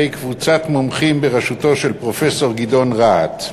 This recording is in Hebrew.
קבוצת מומחים בראשותו של פרופסור גדעון רהט.